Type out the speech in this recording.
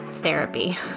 therapy